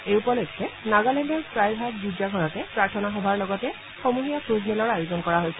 এই উপলক্ষে নগালেণ্ডৰ প্ৰায়ভাগ গীৰ্জা ঘৰতে প্ৰাৰ্থনা সভাৰ লগতে সমূহীয়া ভোজমেলৰ আয়োজন কৰা হৈছে